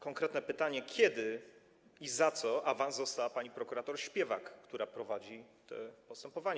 Konkretne pytanie: Kiedy i za co awans dostała pani prokurator Śpiewak, która prowadzi to postępowanie?